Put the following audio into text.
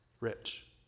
rich